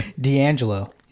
D'Angelo